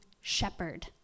shepherd